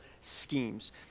schemes